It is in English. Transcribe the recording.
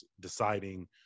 deciding